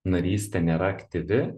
narystė nėra aktyvi